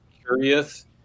curious